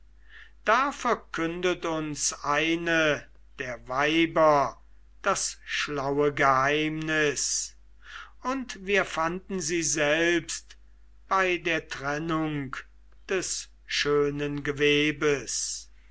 da verkündet uns eine der weiber das schlaue geheimnis und wir fanden sie selbst bei der trennung des schönen gewebes